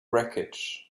wreckage